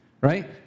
Right